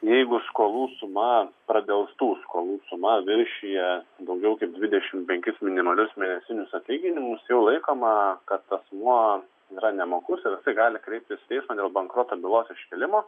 jeigu skolų suma pradelstų skolų suma viršija daugiau kaip dvidešimt penkis minimalius mėnesinius atlyginimus jau laikoma kad asmuo yra nemokus ir gali kreiptis į teismą dėl bankroto bylos iškėlimo